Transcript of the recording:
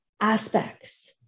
aspects